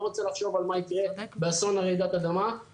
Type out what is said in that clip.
לא רוצה לחשוב על מה יקרה באסון רעידת האדמה.